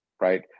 Right